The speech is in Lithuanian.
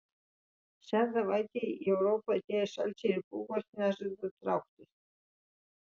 šią savaitę į europą atėję šalčiai ir pūgos nežada trauktis